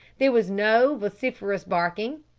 there was no vociferous barking.